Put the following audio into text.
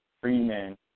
Freeman